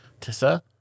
Tessa